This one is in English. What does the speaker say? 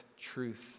truth